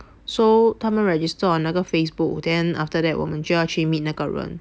so 他们 register on 那个 Facebook then after that 我们就要去 meet 那个人